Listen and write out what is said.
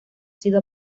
sido